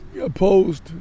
opposed